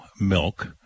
milk